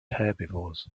herbivores